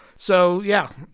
so yeah,